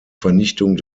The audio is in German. vernichtung